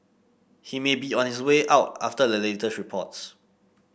he may be on his way out after the latest reports